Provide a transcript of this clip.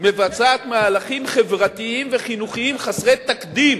מבצעת מהלכים חברתיים וחינוכיים חסרי תקדים